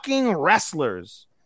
wrestlers